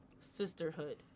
sisterhood